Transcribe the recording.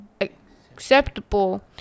acceptable